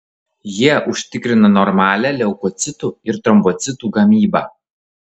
jie užtikrina normalią leukocitų ir trombocitų gamybą